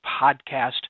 podcast